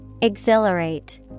exhilarate